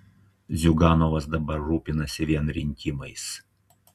ziuganovas dabar rūpinasi vien rinkimais